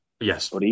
Yes